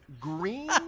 green